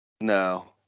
no